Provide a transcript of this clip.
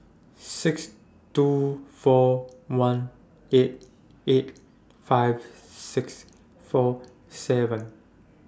six two four one eight eight five six four seven